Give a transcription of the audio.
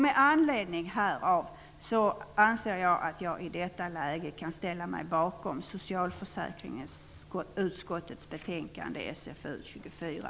Med anledning härav anser jag att jag i detta läge kan ställa mig bakom socialförsäkringsutskottets betänkande SfU24.